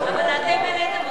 אבל אתם העליתם אותם.